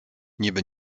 niby